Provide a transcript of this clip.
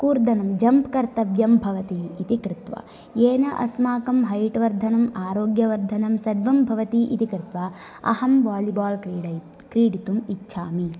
कूर्दं jump कर्तव्यं भवति इति कृत्वा येन अस्माकं हैट् वर्धनम् आरोग्यवर्धनं सर्वं भवति इति कृत्वा अहं वालीबाल् क्रीडयि क्रीडितुम् इच्छामि